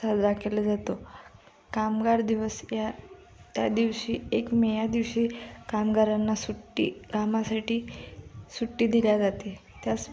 साजरा केला जातो कामगार दिवस ह्या त्या दिवशी एक मे ह्या दिवशी कामगारांना सुट्टी कामासाठी सुट्टी दिली जाते त्याच